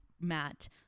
Matt